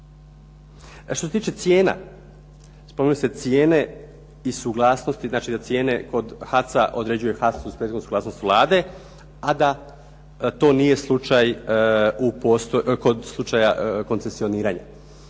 što se tiče cijena spomenuli ste cijene i suglasnosti, znači da cijene kod HAC-a određuje HAC uz prethodnu suglasnost Vlade, a da to nije slučaj kod koncesioniranja.